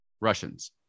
Russians